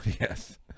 Yes